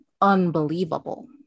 unbelievable